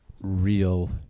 real